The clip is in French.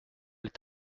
est